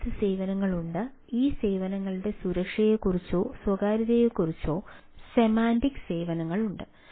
വ്യത്യസ്ത സേവനങ്ങൾ ഉണ്ട് ഈ സേവനങ്ങളുടെ സുരക്ഷയെക്കുറിച്ചോ സ്വകാര്യതകളെക്കുറിച്ചോ സെമാന്റിക് സേവനങ്ങളുണ്ട്